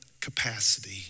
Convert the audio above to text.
capacity